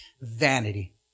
Vanity